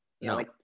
No